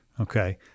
Okay